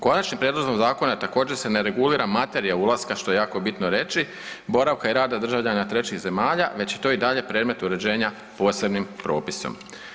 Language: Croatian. Konačnim prijedlogom zakona također se ne regulira materija ulaska, što je jako bitno reći, boravka i rada državljana trećih zemalja, već je to i dalje predmet uređenja posebnim propisom.